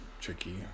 tricky